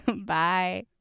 Bye